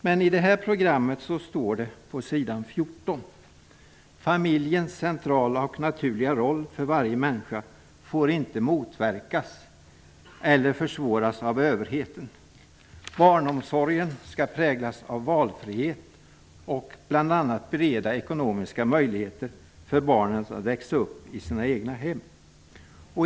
Men i detta program står det på s. 14: ''Familjens centrala och naturliga roll för varje människa får icke motverkas eller försvåras av överheten. Barnomsorgen ska präglas av valfrihet och bl a bereda ekonomiska möjligheter för barnen att växa upp i sina egna hem.''